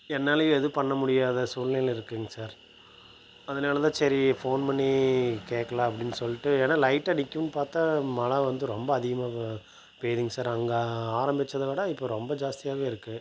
என்னாலேயும் எதுவும் பண்ண முடியாத சூழ்நிலையில் இருக்கேங்க சார் அதனால் தான் சரி ஃபோன் பண்ணி கேட்கலாம் அப்படின்னு சொல்லிட்டு ஏன்னா லைட்டாக நிற்கும் பார்த்தா மழை வந்து ரொம்ப அதிகமாக ம பெய்துங்க சார் அங்கே ஆரம்பிச்சதை விட இப்போ ரொம்ப ஜாஸ்தியாக இருக்குது